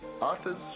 Authors